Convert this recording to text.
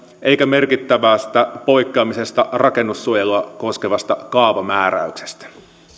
tai merkittävästä poikkeamisesta rakennussuojelua koskevasta kaavamääräyksestä